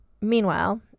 meanwhile